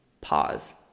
pause